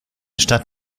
stadt